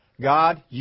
God